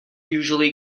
usually